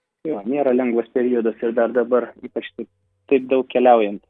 jo nėra lengvas periodas ir dar dabar ypač taip taip daug keliaujant